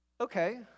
Okay